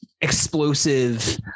explosive